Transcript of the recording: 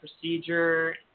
procedure